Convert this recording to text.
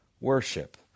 worship